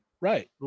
right